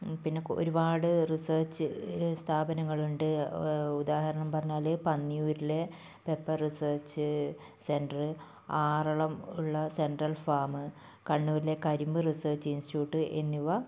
പിന്നെ ഒരുപാട് റിസർച്ച് സ്ഥാപനങ്ങളുണ്ട് ഉദാഹരണം പറഞ്ഞാൽ പന്നിയൂരിലെ പെപ്പർ റിസർച്ച് സെൻറർ ആറളം ഉള്ള സെൻട്രൽ ഫാം കണ്ണൂരിലെ കരിമ്പ് റിസർച്ച് ഇൻസ്റ്റിറ്റ്യൂട്ട് എന്നിവ